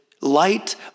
light